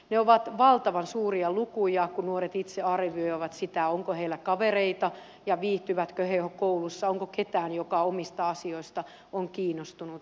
ne ovat valtavan suuria lukuja kun nuoret itse arvioivat sitä onko heillä kavereita ja viihtyvätkö he koulussa onko ketään joka heidän asioistaan on kiinnostunut